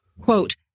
Quote